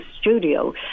studio